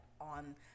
on